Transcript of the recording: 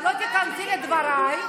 את לא תיכנסי לדבריי,